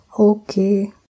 okay